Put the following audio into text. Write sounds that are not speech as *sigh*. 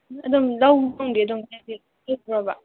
ꯑꯗꯨꯝ ꯂꯧꯁꯤꯡꯗꯤ ꯑꯗꯨꯝ ꯍꯥꯏꯗꯤ *unintelligible*